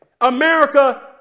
America